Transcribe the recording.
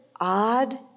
odd